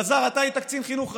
אלעזר, אתה היית קצין חינוך ראשי,